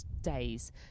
days